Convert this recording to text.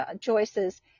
choices